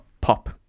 pop